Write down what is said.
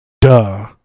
Duh